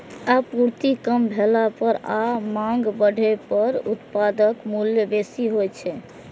आपूर्ति कम भेला पर आ मांग बढ़ै पर उत्पादक मूल्य बेसी होइ छै